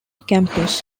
campus